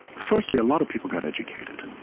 firstly, a lot of people got educated,